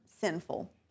sinful